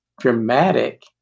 dramatic